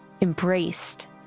embraced